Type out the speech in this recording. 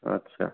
अच्छा